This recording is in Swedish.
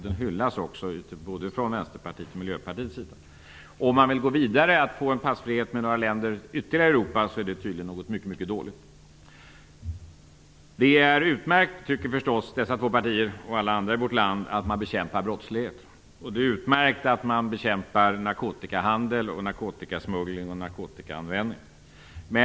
Den hyllas också från Vänsterpartiets och Miljöpartiets sida. Men om man vill gå vidare och få passfrihet med ytterligare några länder i Europa är det tydligen mycket dåligt. Det är utmärkt, tycker förstås nämnda två partier och alla andra i vårt land, att brottslighet bekämpas. Det är också utmärkt att narkotikahandel, narkotikasmuggling och narkotikaanvändning bekämpas.